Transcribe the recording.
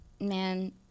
man